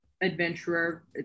adventurer